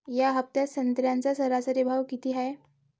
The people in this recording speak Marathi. या हफ्त्यात संत्र्याचा सरासरी भाव किती हाये?